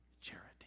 charity